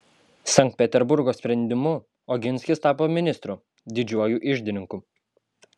sankt peterburgo sprendimu oginskis tapo ministru didžiuoju iždininku